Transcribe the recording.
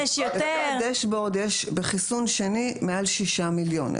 לפי הדשבורד יש בחיסון שני מעל 6 מיליון.